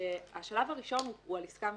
השלב הראשון הוא על עסקה מסוימת.